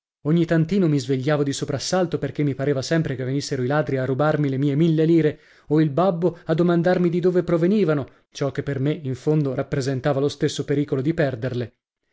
ogni tantino mi svegliavo di soprassalto perché mi pareva sempre che venissero i ladri a rubarmi le mie mille lire o il babbo a domandarmi di dove provenivano ciò che per me in fondo rappresentava lo stesso pericolo di perderle